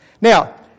Now